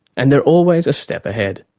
and they are always a step ahead.